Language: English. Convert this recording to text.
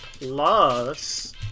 plus